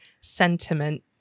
sentiment